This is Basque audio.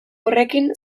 horrekin